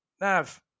Nav